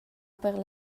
per